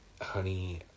Honey